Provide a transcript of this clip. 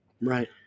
right